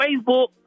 Facebook